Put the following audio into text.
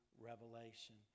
revelation